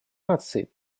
наций